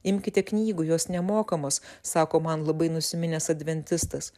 imkite knygų jos nemokamos sako man labai nusiminęs adventistas